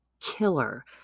killer